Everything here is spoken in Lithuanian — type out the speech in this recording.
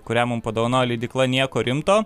kurią mum padovanojo leidykla nieko rimto